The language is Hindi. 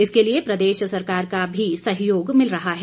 इसके लिए प्रदेश सरकार का भी सहयोग मिल रहा है